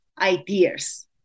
ideas